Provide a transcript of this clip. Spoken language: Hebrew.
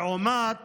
לעומת